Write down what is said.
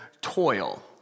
toil